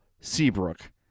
Seabrook